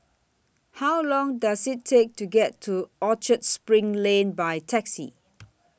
How Long Does IT Take to get to Orchard SPRING Lane By Taxi